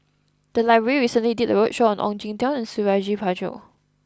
the library recently did a roadshow on Ong Jin Teong and Suradi Parjo